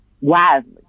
wisely